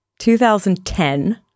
2010